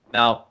Now